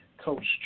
Coach